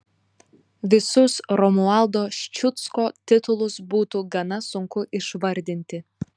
visus romualdo ščiucko titulus būtų gana sunku išvardinti